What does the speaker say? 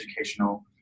educational